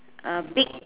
uh big